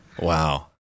Wow